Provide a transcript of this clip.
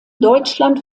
deutschland